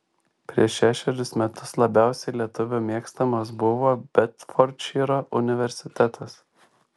prieš šešerius metus labiausiai lietuvių mėgstamas buvo bedfordšyro universitetas